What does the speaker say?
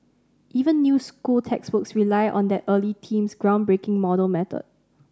even new school textbooks rely on that early team's groundbreaking model method